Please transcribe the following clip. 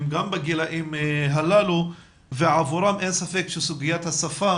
הם גם בגילים הללו ועבורם אין ספק שסוגיית השפה